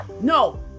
No